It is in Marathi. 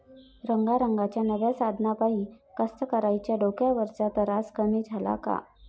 रंगारंगाच्या नव्या साधनाइपाई कास्तकाराइच्या डोक्यावरचा तरास कमी झाला का?